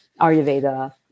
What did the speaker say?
Ayurveda